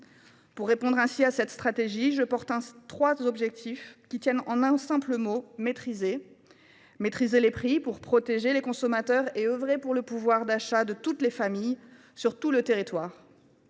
Pour répondre à cette stratégie, je porte trois objectifs qui tiennent en un simple mot : maîtriser. Maîtriser les prix pour protéger les consommateurs et œuvrer en faveur du pouvoir d’achat de toutes les familles sur l’ensemble du territoire.